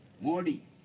Modi